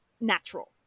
natural